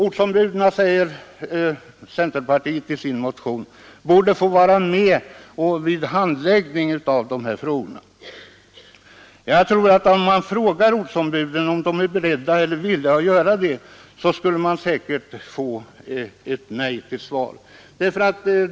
Centerpartiet säger i sin motion att ortsombuden borde få vara med vid handläggningen av de här frågorna. Jag tror emellertid att om man skulle fråga ortsombuden, om de är villiga att vara med, skulle man få ett nej till svar.